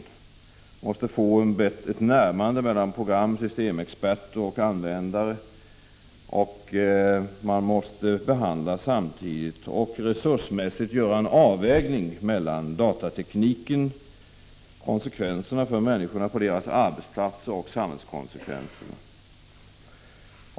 Det måste bli ett närmande mellan program, systemexperter och användare. Och man måste samtidigt behandla och resursmässigt göra en avvägning mellan datatekniken, konsekvenserna för människorna på deras arbetsplatser och samhällskonsekvenserna.